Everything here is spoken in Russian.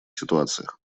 ситуациях